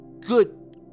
good